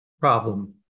problem